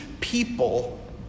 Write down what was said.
people